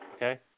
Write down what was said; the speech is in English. Okay